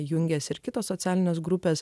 jungiasi ir kitas socialines grupes